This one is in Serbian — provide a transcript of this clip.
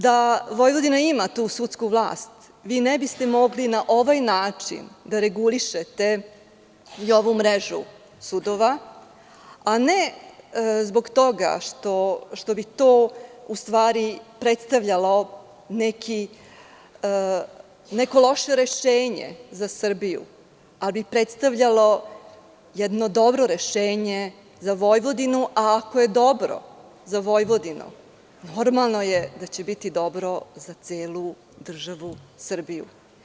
Da Vojvodina ima tu sudsku vlast vi ne biste mogli na ovaj način da regulišete i ovu mrežu sudova a ne zbog toga što bi to u stvari predstavljalo neko loše rešenje za Srbiju, ali bi predstavljalo jedno dobro rešenje za Vojvodinu, a ako je dobro za Vojvodinu, normalno je da će biti dobro za celu državu Srbiju.